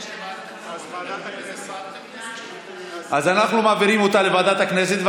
אז אנחנו מעבירים אותה לוועדת הכנסת.